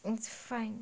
it's fine